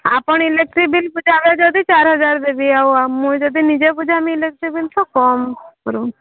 ଆପଣ electric bill ବୁଝାବା ଯଦି ଚାରି ହଜାର ଦେବି ଆଉ ମୁଁ ଯଦି ନିଜେ ବୁଝାମି ଇଲେକ୍ଟ୍ରି ବିଲ୍ କମ୍ କର